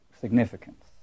significance